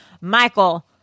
Michael